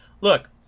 Look